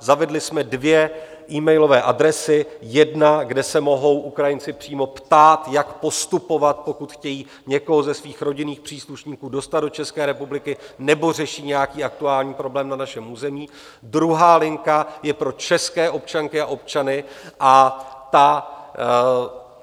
Zavedli jsme dvě emailové adresy: jedna, kde se mohou Ukrajinci přímo ptát, jak postupovat, pokud chtějí někoho ze svých rodinných příslušníků dostat do České republiky nebo řeší nějaký aktuální problém na našem území, druhá linka je pro české občanky a občany a